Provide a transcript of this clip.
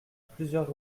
plusieurs